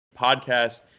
Podcast